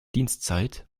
dienstzeit